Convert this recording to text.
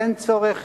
אין צורך